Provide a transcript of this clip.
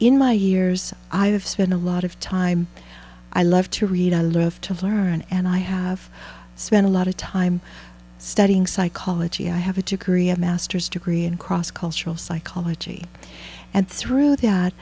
in my years i have spent a lot of time i love to read i love to learn and i have spent a lot of time studying psychology i have a degree a masters degree in cross cultural psychology and through that